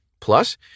Plus